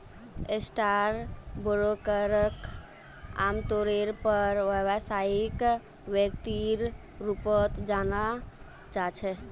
stock ब्रोकरक आमतौरेर पर व्यवसायिक व्यक्तिर रूपत जाना जा छे